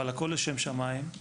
אבל הכול לשם שמים.